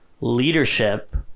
leadership